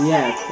Yes